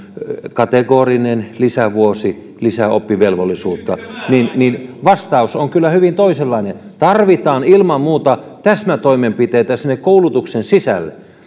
kategorinen lisävuosi lisää oppivelvollisuutta niin niin vastaus on kyllä hyvin toisenlainen tarvitaan ilman muuta täsmätoimenpiteitä sinne koulutuksen sisälle kolme